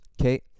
okay